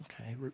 Okay